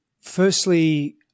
firstly